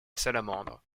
salamandre